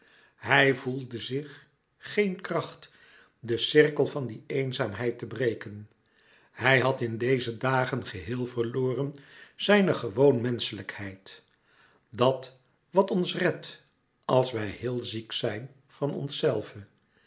hij voelde zich geen kracht den cirkel van die eenzaamheid te breken hij had in deze dagen geheel verloren zijne gewoon menschelijkheid dat wat ons redt als wij heel ziek zijn van onszelve